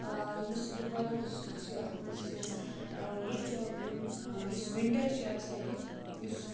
یُس کُپواہ ڈِسٹِرٛک چھِ اَتھ منٛز چھِ یہِ چھِ یِم یُس وِنٹَر چھِ آسان ییٚتہِ یُس